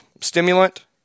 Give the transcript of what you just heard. stimulant